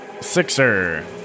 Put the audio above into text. Sixer